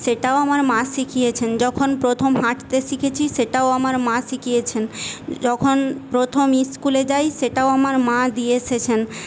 সেটাও আমার মা শিখিয়েছেন যখন প্রথম হাঁটতে শিখেছি সেটাও আমার মা শিখিয়েছেন যখন প্রথম ইস্কুলে যাই সেটাও আমার মা দিয়ে এসেছেন